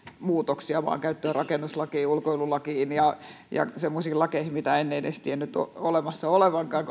muutoksia maankäyttö ja rakennuslakiin ulkoilulakiin ja ja semmoisiin lakeihin mitä en edes tiennyt olemassa olevankaan